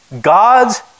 God's